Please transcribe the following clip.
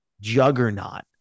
juggernaut